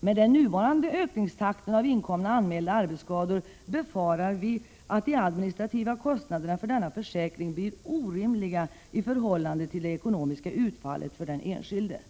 Med den nuvarande ökningstakten av inkomna anmälda arbetsskador befarar vi att de administrativa kostnaderna för denna försäkring blir orimliga i förhållande till det ekonomiska utfallet för den enskilde.